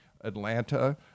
Atlanta